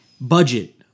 Budget